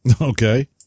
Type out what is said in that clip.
Okay